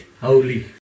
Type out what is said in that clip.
holy